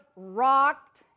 rocked